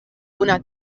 una